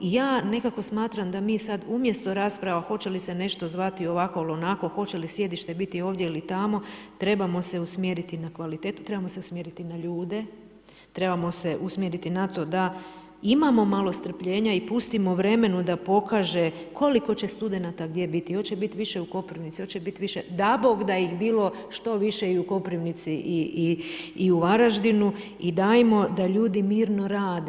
Ja nekako smatram da mi sada umjesto rasprava, hoće li se nešto zvati ovako ili onako, hoće li sjedište biti ovdje ili tamo, trebamo se usmjeriti na kvalitetu, trebamo se usmjeriti na ljude, trebamo se usmjeriti na to da imamo malo strpljenja i pustimo vremenu da pokaže koliko će studenata gdje biti, hoće li biti više u Koprivnici, hoće li biti biše, da Bog da ih bilo što više i u Koprivnici i u Varaždinu i dajmo da ljudi mirno rade.